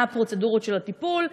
מה הפרוצדורות של הטיפול,